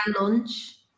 lunch